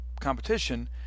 competition